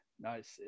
nice